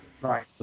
Right